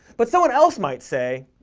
but someone else might say,